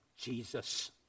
Jesus